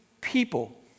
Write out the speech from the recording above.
people